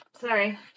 Sorry